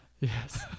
Yes